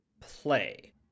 Play